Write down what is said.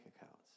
accounts